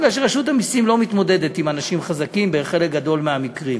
בגלל שרשות המסים לא מתמודדת עם אנשים חזקים בחלק גדול מהמקרים.